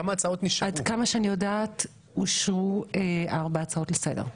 למיטב ידיעתי אושרו 4 הצעות לסדר.